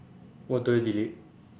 what do I delete